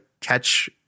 catch